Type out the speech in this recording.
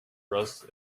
rust